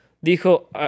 Dijo